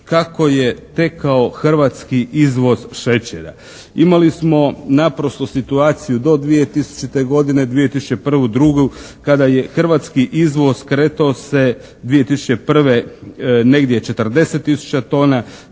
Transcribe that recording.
kako je tekao hrvatski izvoz šećera. Imali smo naprosto situaciju do 2000. godine, 2001., 2., kada je hrvatski izvoz kretao se 2001. negdje 40 tisuća tona,